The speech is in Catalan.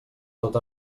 tot